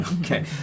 Okay